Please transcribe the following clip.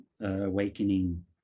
awakening